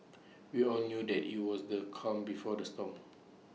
we all knew that IT was the calm before the storm